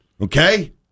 Okay